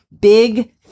big